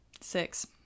Six